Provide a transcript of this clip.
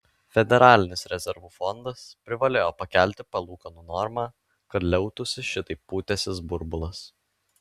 federalinis rezervų fondas privalėjo pakelti palūkanų normą kad liautųsi šitaip pūtęsis burbulas